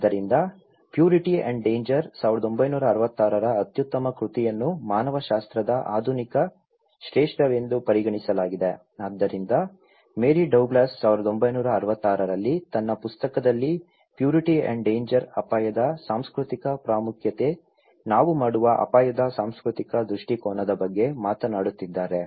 ಆದ್ದರಿಂದ purity and danger 1966 ರ ಅತ್ಯುತ್ತಮ ಕೃತಿಯನ್ನು ಮಾನವಶಾಸ್ತ್ರದ ಆಧುನಿಕ ಶ್ರೇಷ್ಠವೆಂದು ಪರಿಗಣಿಸಲಾಗಿದೆ ಆದ್ದರಿಂದ ಮೇರಿ ಡೌಗ್ಲಾಸ್ 1966 ರಲ್ಲಿ ತನ್ನ ಪುಸ್ತಕದಲ್ಲಿ ಪ್ಯೂರಿಟಿ ಅಂಡ್ ಡೇಂಜರ್ ಅಪಾಯದ ಸಾಂಸ್ಕೃತಿಕ ಪ್ರಾಮುಖ್ಯತೆ ನಾವು ಮಾಡುವ ಅಪಾಯದ ಸಾಂಸ್ಕೃತಿಕ ದೃಷ್ಟಿಕೋನದ ಬಗ್ಗೆ ಮಾತನಾಡುತ್ತಿದ್ದಾರೆ